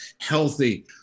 healthy